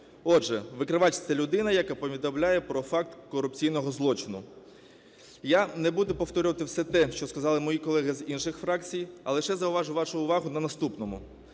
Отже, викривач – це людина, яка повідомляє про факт корупційного злочину. Я не буду повторювати все те, що сказали мої колеги з інших фракцій, а лише зауважу вашу увагу на наступному.